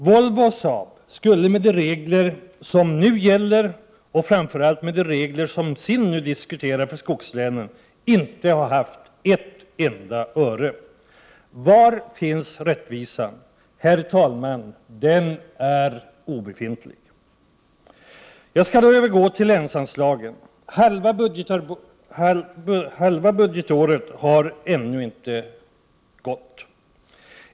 Volvo och Saab skulle med de regler som nu gäller och framför allt med de regler som SIND nu diskuterar för skogslänen inte ha fått ett enda öre. Var finns rättvisan? Herr talman! Den är obefintlig. Jag skall då övergå till länsanslagen. Halva budgetåret har ännu inte gått.